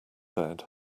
bed